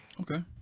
okay